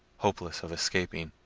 hopeless of escaping,